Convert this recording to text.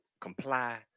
comply